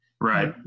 Right